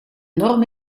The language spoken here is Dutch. norm